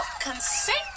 consent